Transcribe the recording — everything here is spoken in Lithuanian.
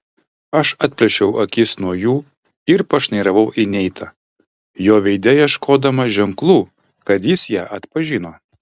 aš atplėšiau akis nuo jų ir pašnairavau į neitą jo veide ieškodama ženklų kad jis ją atpažino